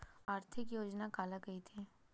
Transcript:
आर्थिक योजना काला कइथे?